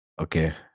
Okay